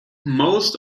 most